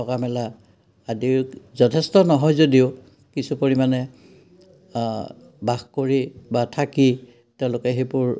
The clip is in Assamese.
থকা মেলা আদিও যথেষ্ট নহয় যদিও কিছু পৰিমাণে বাস কৰি বা থাকি তেওঁলোকে সেইবোৰ